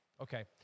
Okay